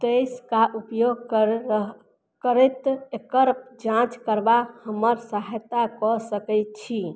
तेइसके उपयोग कर रह करैत एकर जाँच करबा हमर सहायता कऽ सकय छी